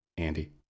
Andy